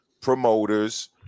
promoters